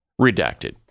redacted